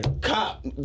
cop